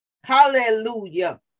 Hallelujah